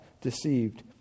deceived